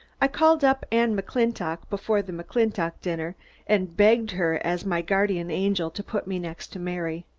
i called up anne mcclintock before the mcclintock dinner and begged her as my guardian angel to put me next to mary.